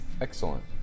Excellent